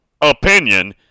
opinion